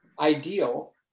ideal